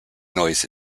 noise